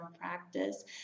practice